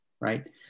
right